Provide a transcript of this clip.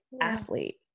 athlete